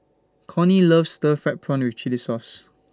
Cornie loves Stir Fried Prawn with Chili Sauce